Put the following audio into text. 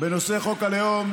בנושא חוק הלאום,